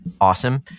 awesome